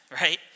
right